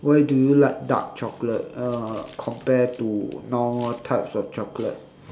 why do you like dark chocolate uh compare to normal types of chocolate